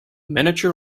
manager